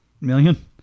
million